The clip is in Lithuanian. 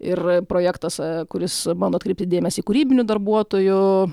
ir projektas kuris bando atkreipti dėmesį į kūrybinių darbuotojų